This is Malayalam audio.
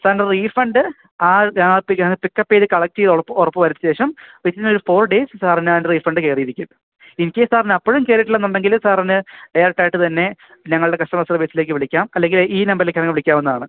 സാറിന്റെ റീഫണ്ട് പിക്കപ്പ് ചെയ്ത് കളക്ട് ചെയ്തപ്പോള് ഉറപ്പ് വരുത്തിയശേഷം വിത്തിൻ ഒരു ഫോർ ഡേയ്സ് സാറിന് അതിന്റെ റീഫണ്ട് കയറിയിരിക്കും ഇൻ കേസ് സാറിന് അപ്പോഴും കയറിട്ടില്ലെന്നുണ്ടെങ്കില് സാറിന് ഡയറക്റ്റായിട്ടു തന്നെ ഞങ്ങളുടെ കസ്റ്റമർ സർവീസിലേക്കു വിളിക്കാം അല്ലെങ്കില് ഈ നമ്പറിലേക്കു തന്നെ വിളിക്കാവുന്നതാണ്